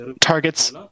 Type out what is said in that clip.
targets